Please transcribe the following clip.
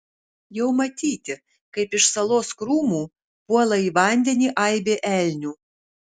jau matyti kaip iš salos krūmų puola į vandenį aibė elnių